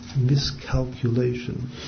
miscalculation